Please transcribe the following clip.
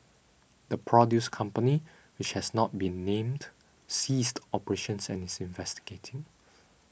the produce company which has not been named ceased operations and is investigating